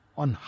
on